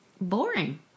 boring